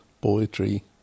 Poetry